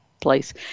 place